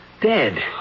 dead